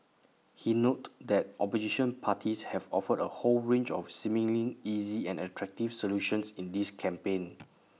he noted that opposition parties have offered A whole range of seemingly easy and attractive solutions in this campaign